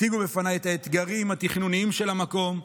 הציגו בפניי את האתגרים התכנוניים של המקום.